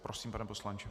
Prosím, pane poslanče.